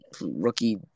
rookie